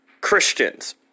Christians